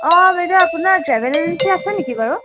অঁ বাইদেউ আপোনাৰ ট্ৰেভেল এজেঞ্চী আছে নেকি বাৰু